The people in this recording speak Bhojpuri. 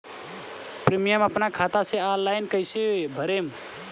प्रीमियम अपना खाता से ऑनलाइन कईसे भरेम?